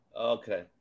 Okay